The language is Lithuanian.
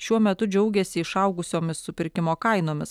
šiuo metu džiaugiasi išaugusiomis supirkimo kainomis